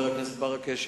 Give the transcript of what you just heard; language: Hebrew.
חבר הכנסת ברכה,